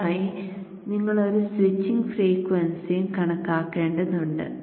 ഇതിനായി നിങ്ങൾ ഒരു സ്വിച്ചിംഗ് ഫ്രീക്വൻസിയും കണക്കാക്കേണ്ടതുണ്ട്